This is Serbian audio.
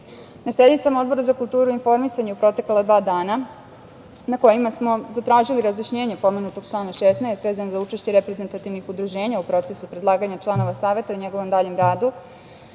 sednicama Odbora za kulturu i informisanje u protekla dva dana, na kojima smo zatražili razjašnjenje pomenutog člana 16. vezano za učešće reprezentativnih udruženja u procesu predlaganja članova Saveta i njegovom daljem radu,